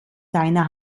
seiner